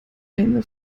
eine